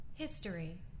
History